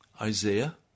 Isaiah